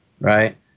right